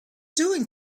doing